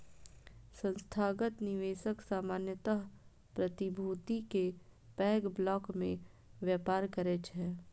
संस्थागत निवेशक सामान्यतः प्रतिभूति के पैघ ब्लॉक मे व्यापार करै छै